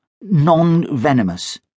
Non-venomous